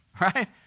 right